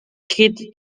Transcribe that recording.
kid